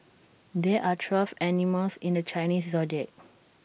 there are twelve animals in the Chinese Zodiac